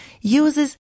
uses